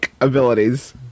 abilities